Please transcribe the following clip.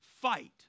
fight